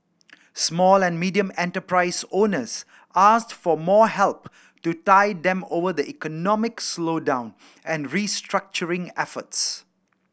small and medium enterprise owners asked for more help to tide them over the economic slowdown and restructuring efforts